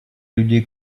людей